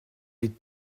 les